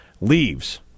leaves